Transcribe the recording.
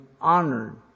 honored